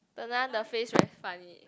just now the face very funny